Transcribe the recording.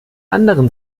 anderen